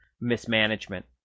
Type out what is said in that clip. mismanagement